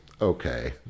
Okay